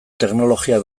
teknologia